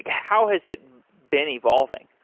how has it been evolving?